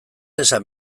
esan